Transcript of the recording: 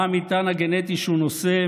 מה המטען הגנטי שהוא נושא,